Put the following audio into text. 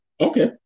Okay